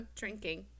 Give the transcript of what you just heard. drinking